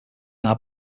now